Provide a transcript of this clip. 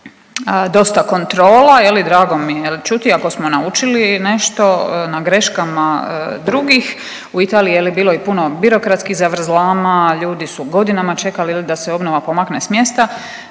dosta kontrola, je li, drago mi je, je li, čuti da ako smo naučili nešto na greškama drugih, u Italiji je bilo i puno birokratskih zavrzlama, ljudi su godinama čekali, je li, da se obnova pomakne s mjesta,